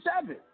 seven